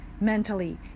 mentally